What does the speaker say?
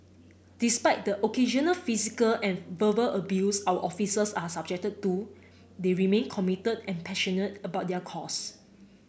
despite the occasional physical and verbal abuse our officers are subjected to they remain committed and passionate about their cause